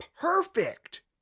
perfect